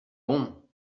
bon